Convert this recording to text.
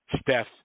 Steph